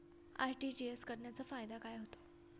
RTGS करण्याचा फायदा काय होतो?